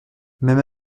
même